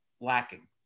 lacking